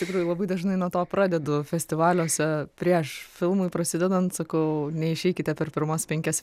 tikrai labai dažnai nuo to pradedu festivaliuose prieš filmui prasidedant sakau neišeikite per pirmas penkias